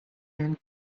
and